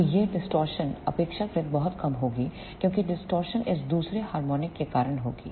तो यह डिस्टॉर्शन अपेक्षाकृत बहुत कम होगी क्योंकि डिस्टॉर्शन इस दूसरे हार्मोनिक के कारण होगी